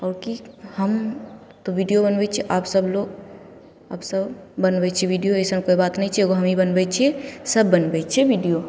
आओर कि हम तऽ वीडिओ बनबै छिए आब सभलोक आब सभ बनबै छै वीडिओ अइसन कोइ बात नहि छै एगो हमहीँ बनबै छिए सभ बनबै छै वीडिओ